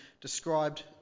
described